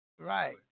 Right